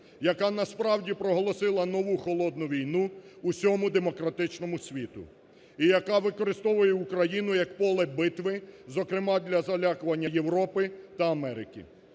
яка насправді проголосила нову холодну війну всьому демократичному світу і яка використовує Україну як поле битви, зокрема для залякування Європи та Америки.